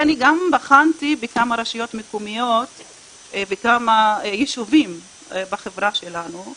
אני גם בחנתי בכמה רשויות מקומיות בכמה יישובים בחברה שלנו.